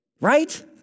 right